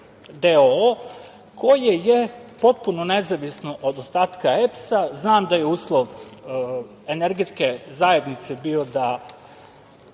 o. koje je potpuno nezavisno od ostatka EPS-a. Znam da je uslov Energetske zajednice bio da